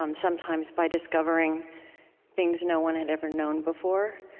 um sometimes, by discovering things no one had ever known before.